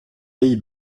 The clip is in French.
pays